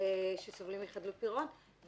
שסובלים מחדלות פירעון,